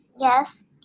Yes